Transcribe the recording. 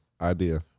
idea